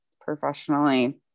professionally